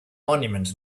monument